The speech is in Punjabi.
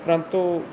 ਪਰੰਤੂ